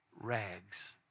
rags